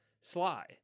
sly